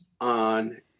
on